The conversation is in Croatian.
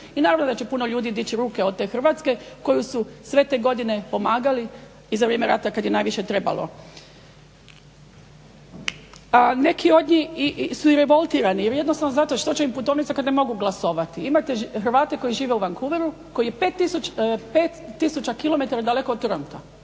I naravno da će puno ljudi dići ruke od te Hrvatske koju su sve te godine pomagali i za vrijeme rata kad je najviše trebalo. Neki od njih su i revoltirani, jednostavno zato što će im putovnica kad ne mogu glasovati. Imate Hrvate koji žive u Vancouveru koji je 5 tisuća km daleko od Toronta.